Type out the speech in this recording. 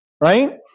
right